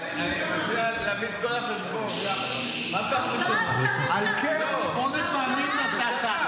אני מציע להביא את כל החשבון --- שמונה פעמים נסעה,